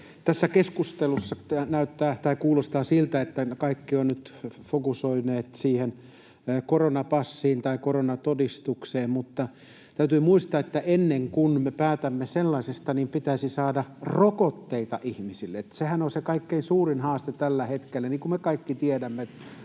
Tässä keskustelussa kuulostaa siltä, että kaikki ovat nyt fokusoineet siihen koronapassiin tai koronatodistukseen, mutta täytyy muistaa, että ennen kuin me päätämme sellaisesta, pitäisi saada rokotteita ihmisille, sehän on se kaikkein suurin haaste tällä hetkellä. Niin kuin me kaikki tiedämme,